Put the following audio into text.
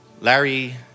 Larry